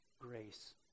grace